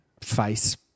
face